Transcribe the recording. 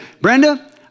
Brenda